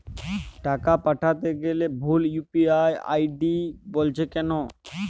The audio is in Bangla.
টাকা পাঠাতে গেলে ভুল ইউ.পি.আই আই.ডি বলছে কেনো?